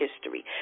history